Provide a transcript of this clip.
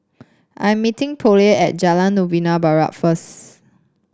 I am meeting Pollie at Jalan Novena Barat first